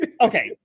Okay